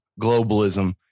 globalism